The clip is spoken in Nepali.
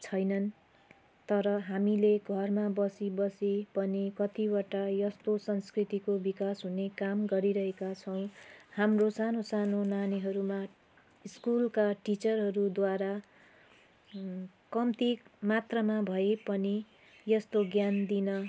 छैनन् तर हामीले घरमा बसी बसी पनि कतिवटा यस्तो संस्कृतिको विकास हुने काम गरिरहेका छौँ हाम्रो सानो सानो नानीहरूमा स्कुलका टिचरहरू द्वारा कम्ती मात्रामा भए पनि यस्तो ज्ञान दिन